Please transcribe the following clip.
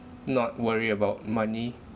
not worry about money